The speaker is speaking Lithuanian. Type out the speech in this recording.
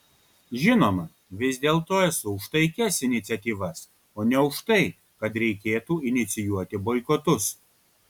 žinoma vis dėlto esu už taikias iniciatyvas o ne už tai kad reikėtų inicijuoti boikotus